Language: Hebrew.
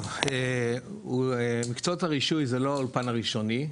טוב, מקצועות הרישוי זה לא האולפן הראשוני.